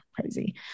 crazy